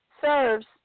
serves